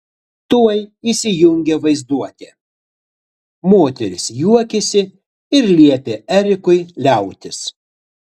tuoj įsijungė vaizduotė moteris juokėsi ir liepė erikui liautis